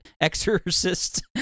Exorcist